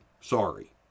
sorry